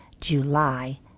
July